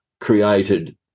created